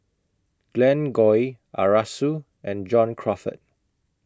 Glen Goei Arasu and John Crawfurd